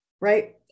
right